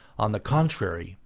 on the contrary,